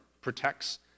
protects